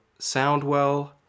Soundwell